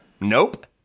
Nope